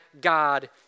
God